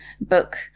book